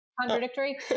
contradictory